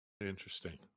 Interesting